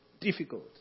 Difficult